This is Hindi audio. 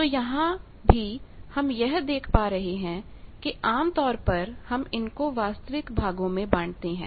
तो यहां भी हम यह देख पा रहे हैं कि आमतौर पर हम इनको वास्तविक भागों में बांटते हैं